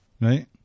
Right